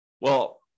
well-